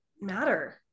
matter